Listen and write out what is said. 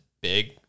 big